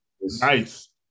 nice